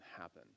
happen